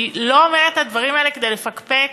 אני לא אומרת את הדברים האלה כדי לפקפק